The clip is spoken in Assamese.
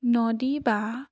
নদী বা